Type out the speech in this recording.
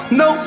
no